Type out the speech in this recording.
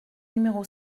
numéro